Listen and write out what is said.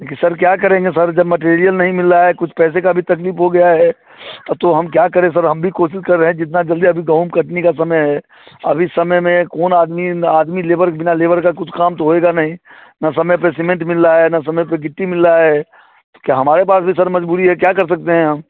देखिए सर क्या करेंगे सर जब मटेरियल नहीं मिल रहा है कुछ पैसे की भी तकलीफ़ हो गई है तो हम क्या करें सर हम भी कोशिश कर रहें जितना जल्दी अभी गेहूं कटने का समय है अब इस समय में कौन आदमी अदमी लेबर के बिना लेबर का कुछ काम तो होगा नहीं ना समय पर सिंमेट मिल रहा है ना समय पर गिट्टी मिल रहा है तो क्या हमारे पास भी सर मजबूरी है क्या कर सकते हैं हम